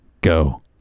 go